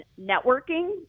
networking